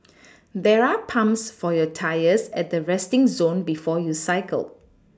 there are pumps for your tyres at the resting zone before you cycle